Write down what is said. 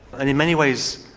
and in many ways,